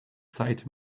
side